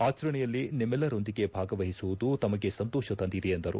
ಆಚರಣೆಯಲ್ಲಿ ನಿಮೈಲ್ಲರೊಂದಿಗೆ ಭಾಗವಹಿಸುವುದು ತಮಗೆ ಸಂತೋಷ ತಂದಿದೆ ಎಂದರು